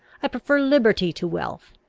i prefer liberty to wealth.